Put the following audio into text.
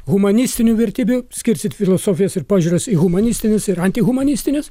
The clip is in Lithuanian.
humanistinių vertybių skirstyt filosofijas ir požiūrius į humanistinius ir antihumonistinius